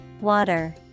Water